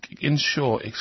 ensure